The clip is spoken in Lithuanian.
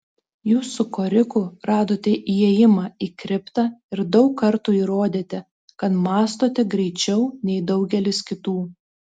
jūs su koriku radote įėjimą į kriptą ir daug kartų įrodėte kad mąstote greičiau nei daugelis kitų